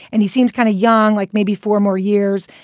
and he seems kind of young, like maybe four more years.